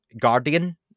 guardian